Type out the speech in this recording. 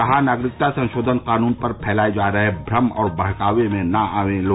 कहा नागरिकता संशोधन कानून पर फैलाए जा रहे भ्रम और बहकावे में न आएं लोग